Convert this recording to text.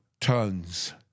tons